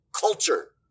culture